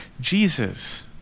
Jesus